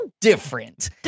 different